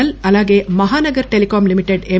L అలాగే Mahanagar telecom limited ఎమ్